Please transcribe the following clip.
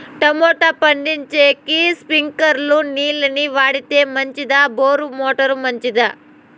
Tomato పండించేకి స్ప్రింక్లర్లు నీళ్ళ ని వాడితే మంచిదా బోరు మోటారు మంచిదా?